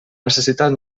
necessitat